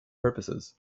purposes